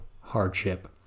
hardship